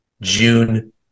June